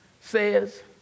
says